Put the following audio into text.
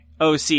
OC